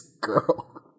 girl